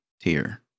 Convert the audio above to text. tier